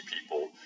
people